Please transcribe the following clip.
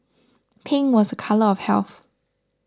pink was a colour of health